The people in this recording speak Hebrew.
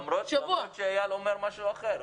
למרות שאיל אומר משהו אחר.